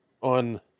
On